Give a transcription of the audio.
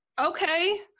okay